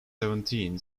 seventeen